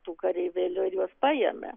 tų kareivėlių ir juos paėmė